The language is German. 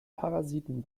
parasiten